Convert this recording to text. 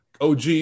OG